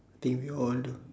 I think we all do